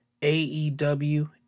AEW